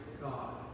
God